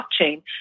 blockchain